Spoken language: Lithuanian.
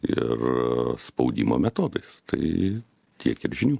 ir spaudimo metodais tai tiek ir žinių